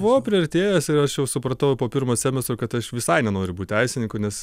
buvau priartėjęs ir aš jau supratau po pirmo semestro kad aš visai nenoriu būt teisininku nes